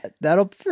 That'll